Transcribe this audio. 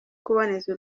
kuboneza